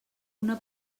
una